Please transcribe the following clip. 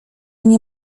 nie